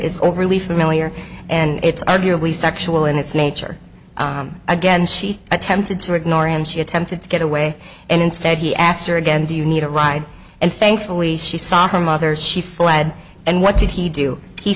is overly familiar and it's arguably sexual in its nature again she attempted to ignore him she attempted to get away and instead he asked her again do you need a ride and thankfully she saw her mother she fled and what did he do he